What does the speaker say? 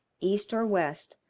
east or west,